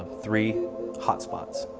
three hotspots.